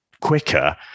quicker